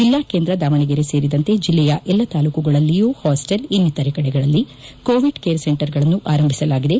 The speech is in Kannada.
ಜಿಲ್ಲಾ ಕೇಂದ್ರ ದಾವಣಗೆರೆ ಸೇರಿದಂತೆ ಜಿಲ್ಲೆಯ ಎಲ್ಲ ತಾಲ್ಲೂಕುಗಳಲ್ಲಿಯೂ ಹಾಸ್ಟೆಲ್ ಇನ್ನಿತರೆ ಕಡೆಗಳಲ್ಲಿ ಕೋವಿಡ್ ಕೇರ್ ಸೆಂಟರ್ಗಳನ್ನು ಆರಂಭಿಸಲಾಗಿದೆ